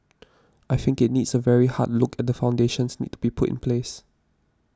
I think it needs a very hard look at foundations need to be put in place